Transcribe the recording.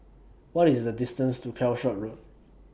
What IS The distance to Calshot Road